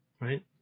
Right